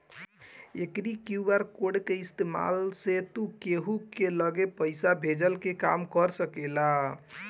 एकरी QR code के इस्तेमाल से तू केहू के लगे पईसा भेजला के काम कर सकेला